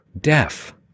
Deaf